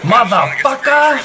Motherfucker